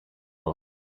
aho